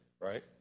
right